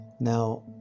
Now